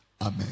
Amen